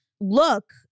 look